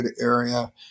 area